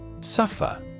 Suffer